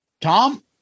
Tom